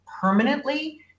permanently